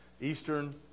Eastern